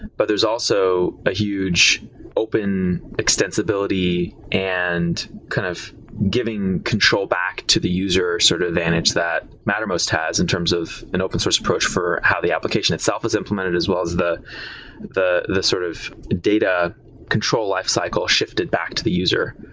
but there's also a huge open extensibility and kind of giving control back to the user sort of advantage that mattermost has in terms of an open source approach for how the application itself is implemented as well as the the sort of data control lifecycle shifted back to the user.